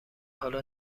حالا